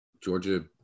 Georgia